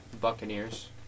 Buccaneers